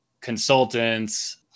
consultants